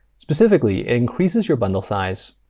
specifically, it increases your bundle size,